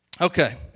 Okay